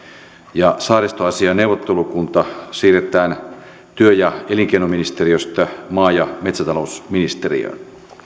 ja saaristoasiain neuvottelukunta siirretään työ ja elinkeinoministeriöstä maa ja metsätalousministeriöön